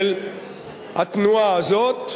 של התנועה הזאת,